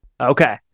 okay